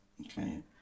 Okay